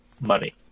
money